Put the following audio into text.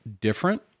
different